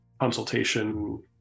consultation